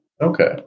Okay